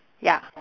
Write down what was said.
ya